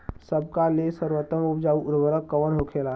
सबका ले सर्वोत्तम उपजाऊ उर्वरक कवन होखेला?